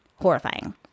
horrifying